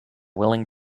willing